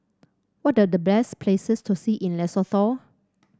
what are the best places to see in Lesotho